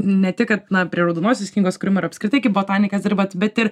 ne tik kad na prie raudonosios knygos kur jum yra apskritai kaip botanikas dirbat bet ir